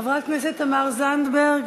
חברת הכנסת תמר זנדברג.